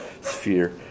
sphere